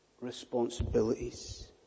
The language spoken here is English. responsibilities